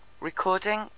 Recording